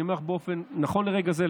אני אומר לך שנכון לרגע זה,